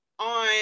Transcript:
on